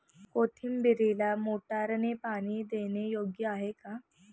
कोथिंबीरीला मोटारने पाणी देणे योग्य आहे का?